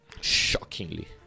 Shockingly